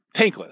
tankless